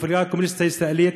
המפלגה הקומוניסטית הישראלית,